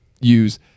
use